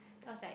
then I was like